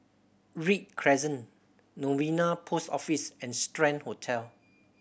Read Crescent Novena Post Office and Strand Hotel